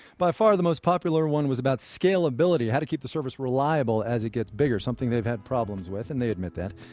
by far the most popular one was about scalability, how to keep the service reliable as it gets bigger something they've had problems with and they admit that.